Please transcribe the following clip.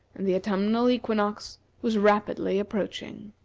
and the autumnal equinox was rapidly approaching.